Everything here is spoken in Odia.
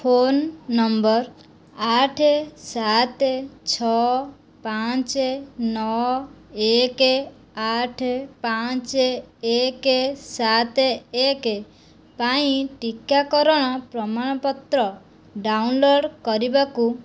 ଫୋନ ନମ୍ବର ଆଠ ସାତ ଛଅ ପାଞ୍ଚ ନଅ ଏକ ଆଠ ପାଞ୍ଚ ଏକ ସାତ ଏକ ପାଇଁ ଟିକାକରଣ ପ୍ରମାଣପତ୍ର ଡାଉନଲୋଡ଼୍ କରିବାକୁ